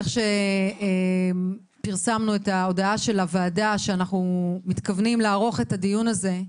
איך שפרסמנו את ההודעה של הוועדה שאנחנו מתכוונים לערוך את הדיון הזה,